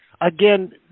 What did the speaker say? again